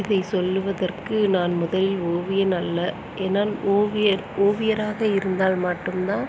இதை சொல்லுவதற்கு நான் முதலில் ஓவியன் அல்ல ஏன்னா ஓவியர் ஓவியராக இருந்தால் மட்டுந்தான்